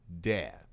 death